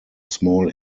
small